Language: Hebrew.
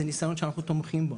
זה ניסיון שאנחנו תומכים בו,